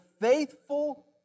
faithful